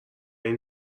این